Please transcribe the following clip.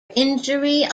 injury